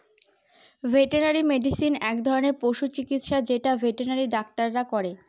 veterinary medicine এক ধরনের পশু চিকিৎসা যেটা ভেটেনারি ডাক্তাররা করে